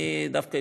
אני דווקא,